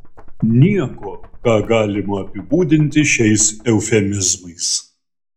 nieko ką galima apibūdinti šiais eufemizmais